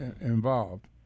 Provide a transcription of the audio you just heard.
involved